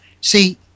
See